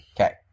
Okay